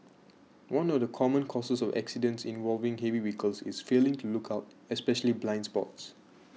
one of the common causes of accidents involving heavy vehicles is failing to look out especially blind spots